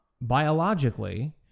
biologically